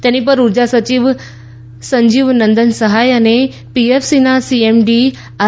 તેની પર ઊર્જા સચિવ સંજીવ નંદન સહાય અને પીએફસીના સીએમડી આર